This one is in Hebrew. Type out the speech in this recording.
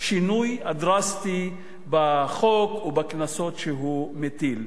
השינוי הדרסטי בחוק ובקנסות שהוא מטיל.